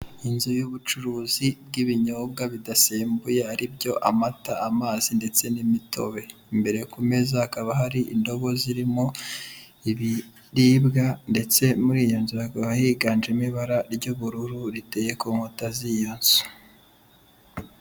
Inzu y'ubucuruzi bw'ibinyobwa bidasembuye ari byo amata, amazi ndetse n'imitobe imbere ku meza hakaba hari indobo zirimo ibiribwa ndetse muri iyo nzu higanjemo ibara ry'ubururu riteye ku nkuta z'iyo nzu.